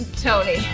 Tony